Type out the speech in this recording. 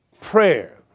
prayer